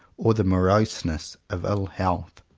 or the moroseness of ill-health.